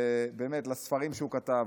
לספרים שהוא כתב.